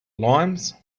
limes